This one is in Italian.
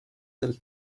del